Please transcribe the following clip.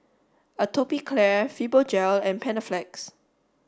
Atopiclair Fibogel and Panaflex